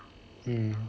um